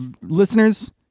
Listeners